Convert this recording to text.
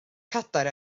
cadair